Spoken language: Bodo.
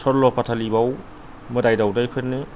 सल्ल' पाथिल बेयाव मोदाय दावदायफोरनो